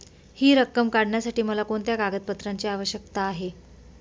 हि रक्कम काढण्यासाठी मला कोणत्या कागदपत्रांची आवश्यकता आहे?